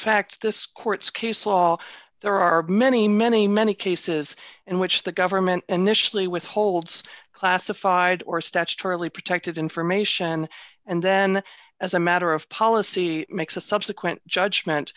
fact this court's case law there are many many many cases in which the government initially withholds classified or statutorily protected information and then as a matter of policy makes a subsequent judgment